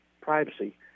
Privacy